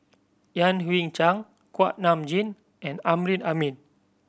Yan Hui Chang Kuak Nam Jin and Amrin Amin